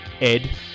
Ed